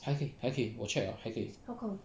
还可以还可以我 check 了